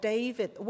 David